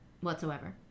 whatsoever